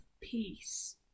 Peace